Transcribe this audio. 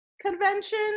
convention